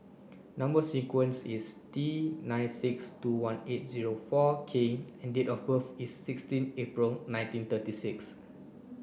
number sequence is T nine six two one eight zero four K and date of birth is sixteen April nineteen thirty six